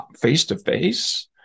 face-to-face